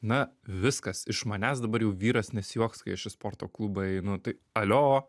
na viskas iš manęs dabar jau vyras nesijuoks kai aš į sporto klubą einu tai alio